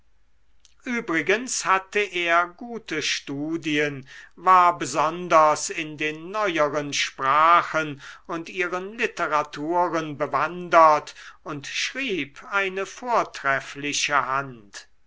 übrigens hatte er gute studien war besonders in den neueren sprachen und ihren literaturen bewandert und schrieb eine vortreffliche hand